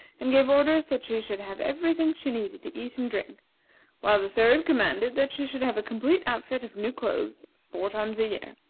and gave orders that she should have every thing she needed to eat and drink while the third commanded that she should have a complete outfit of new clothes four times a year.